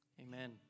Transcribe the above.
amen